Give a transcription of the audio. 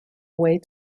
away